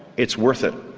it's worth it.